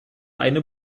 eine